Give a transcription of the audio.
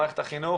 במערכת החינוך,